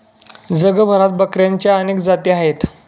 जगभरात बकऱ्यांच्या अनेक जाती आहेत